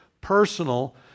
personal